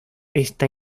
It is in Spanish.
esta